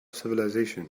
civilization